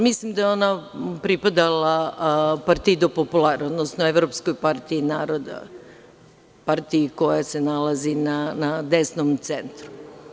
Mislim da je ona pripadala Partido Popular, odnosno Evropskoj partiji naroda, partiji koja se nalazi na desnom centru.